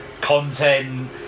content